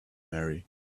marry